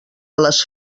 les